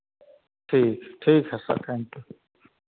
ठीक है ठीक है सर थैंक यू